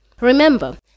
remember